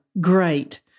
great